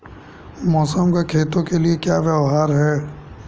मौसम का खेतों के लिये क्या व्यवहार है?